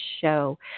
show